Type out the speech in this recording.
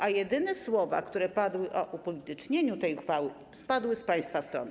A jedyne słowa, które padły o upolitycznieniu tej uchwały, padły z państwa strony.